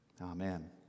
Amen